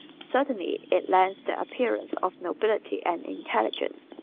certainly it lends the appearance of nobility and intelligence.